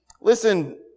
Listen